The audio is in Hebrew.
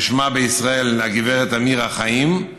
ששמה בישראל הגב' אמירה חיים,